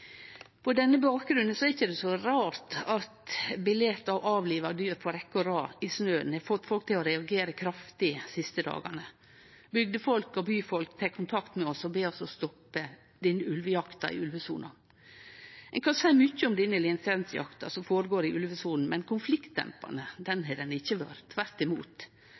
På denne bakgrunn er det ikkje så rart at bilete av avliva dyr på rekke og rad i snøen har fått folk til å reagere kraftig dei siste dagane. Bygdefolk og byfolk tek kontakt med oss og ber oss om å stoppe denne ulvejakta i ulvesona. Ein kan seie mykje om lisensjakta som finn stad i ulvesona, men konfliktdempande har ho ikkje vore – tvert imot.